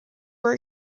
were